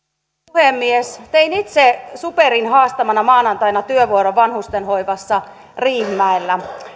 puhemies tein itse superin haastamana maanantaina työvuoron vanhustenhoivassa riihimäellä